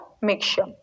mixture